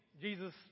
Jesus